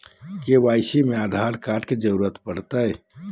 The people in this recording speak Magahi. के.वाई.सी में आधार कार्ड के जरूरत बा?